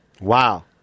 Wow